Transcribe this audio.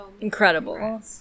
Incredible